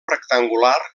rectangular